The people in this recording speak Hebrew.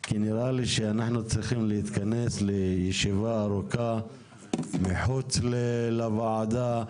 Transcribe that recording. נראה לי שאנחנו צריכים להתכנס לישיבה ארוכה מחוץ לוועדה.